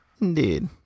Indeed